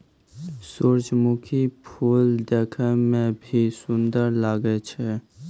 सुरजमुखी फूल देखै मे भी सुन्दर लागै छै